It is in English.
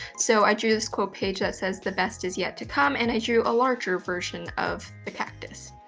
so i drew this quote page that says, the best is yet to come. and i drew a larger version of the cactus.